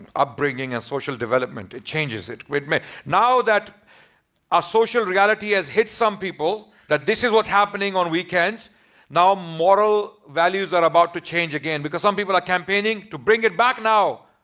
upbringing and social development it changes it it now that our social reality has hit some people that this is what's happening on weekends now moral values are about to change again. because some people are campaigning to bring it back now.